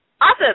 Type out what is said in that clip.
Awesome